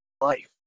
life